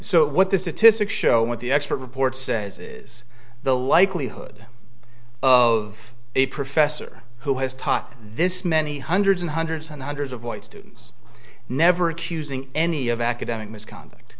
so what this is to six show what the expert report says is the likelihood of a professor who has topped this many hundreds and hundreds and hundreds of white students never accusing any of academic misconduct